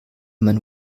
mein